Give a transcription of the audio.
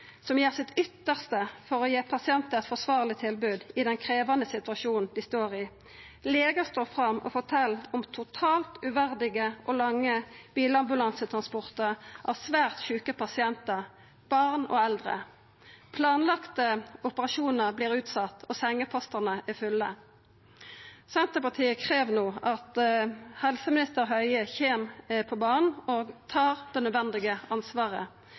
som gjer sitt yttarste for å gi pasientar eit forsvarleg tilbod i den krevjande situasjonen dei står i. Legar står fram og fortel om totalt uverdige og lange bilambulansetransportar av svært sjuke pasientar – barn og eldre. Planlagde operasjonar vert utsette, og sengepostane er fulle. Senterpartiet krev no at helseminister Høie kjem på banen og tar det nødvendig ansvaret.